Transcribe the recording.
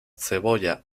cebolla